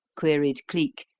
queried cleek,